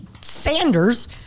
Sanders